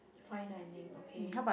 fine dining okay